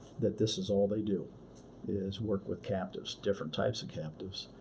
that this is all they do is work with captives, different types of captives.